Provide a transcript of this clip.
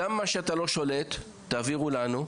גם מה שאתה לא שולט תעבירו לנו,